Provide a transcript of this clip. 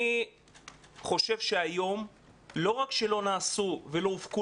אני חושב שלא רק שלא נעשו ולא הופקו